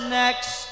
next